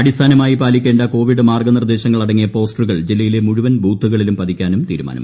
അടിസ്ഥാനമായി പാലിക്കേണ്ട കോവിഡ് മാർഗ നിർദ്ദേശങ്ങൾ അടങ്ങിയ പോസ്റ്ററുകൾ ജില്ലയിലെ മുഴുവൻ ബൂത്തുകളിലും പതിക്കാനും തീരുമാനമായി